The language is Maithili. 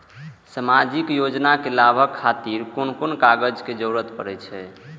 सामाजिक योजना के लाभक खातिर कोन कोन कागज के जरुरत परै छै?